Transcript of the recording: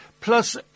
plus